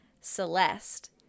Celeste